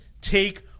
take